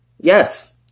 Yes